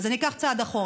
אז אני אקח צעד אחורה.